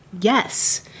Yes